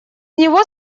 него